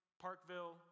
Parkville